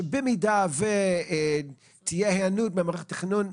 במידה ותהיה היענות ממערך התכנון,